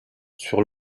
sur